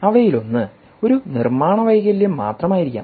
അവയിലൊന്ന് ഒരു നിർമ്മാണ വൈകല്യം മാത്രമായിരിക്കാം